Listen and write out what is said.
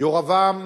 ירבעם